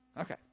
Okay